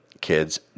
kids